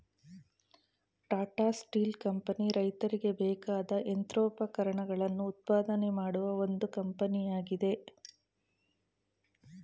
Tata steel company ರೈತರಿಗೆ ಬೇಕಾದ ಯಂತ್ರೋಪಕರಣಗಳನ್ನು ಉತ್ಪಾದನೆ ಮಾಡುವ ಒಂದು ಕಂಪನಿಯಾಗಿದೆ